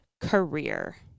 career